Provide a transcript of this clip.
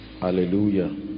hallelujah